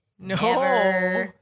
No